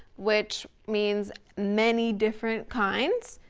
which means many different kinds.